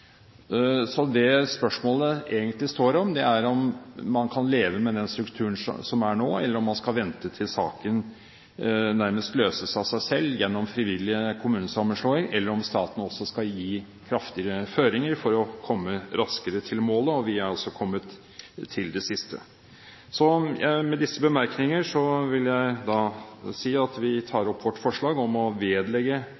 Det spørsmålet egentlig står om, er om man kan leve med den strukturen som er nå, om man skal vente til saken nærmest løses av seg selv gjennom frivillig kommunesammenslåing, eller om staten skal gi kraftigere føringer for å komme raskere til målet. Vi er altså kommet til det siste. Med disse bemerkninger vil jeg si at vi